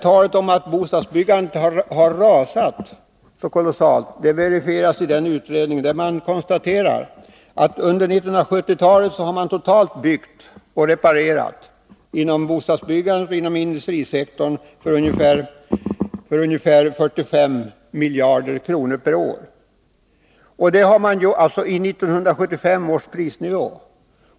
Talet om att bostadsbyggandet har rasat så kolossalt dementeras i den utredningen, där man konstaterar att det under 1970-talet totalt inom bostadsoch industrisektorn har byggts och reparerats för ungefär 45 miljarder per år i 1975 års penningvärde.